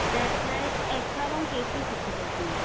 बैफ लाइ एछ आर ऐं के सी सुठी अथव चंङी